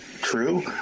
true